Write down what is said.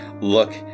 look